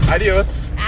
Adiós